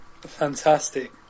Fantastic